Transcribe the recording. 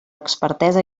expertesa